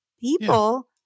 people